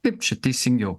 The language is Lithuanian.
kaip čia teisingiau